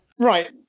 Right